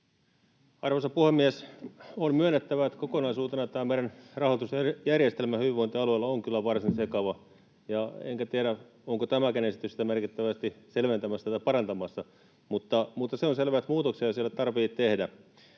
Arvoisa puhemies! On myönnettävä, että kokonaisuutena tämä meidän rahoitusjärjestelmä hyvinvointialueilla on kyllä varsin sekava, enkä tiedä, onko tämäkään esitys sitä merkittävästi selventämässä tai parantamassa. Mutta se on selvä, että muutoksia siellä tarvitsee tehdä.